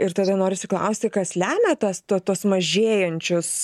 ir tada norisi klausti kas lemia tas to tuos mažėjančius